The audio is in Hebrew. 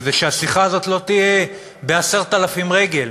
כדי שהשיחה הזאת לא תהיה ב-10,000 רגל,